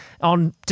on